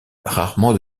rarement